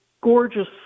gorgeous